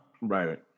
Right